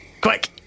Quick